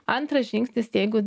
antras žingsnis jeigu